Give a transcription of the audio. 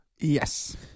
yes